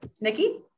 Nikki